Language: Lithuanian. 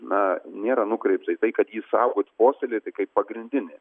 na nėra nukreipta į tai kad jį saugot puoselėti kaip pagrindinį